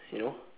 you know